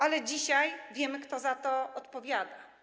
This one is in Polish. Ale dzisiaj wiemy, kto za to odpowiada.